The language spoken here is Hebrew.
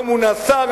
לא מונה שר.